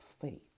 faith